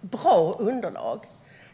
bra underlag.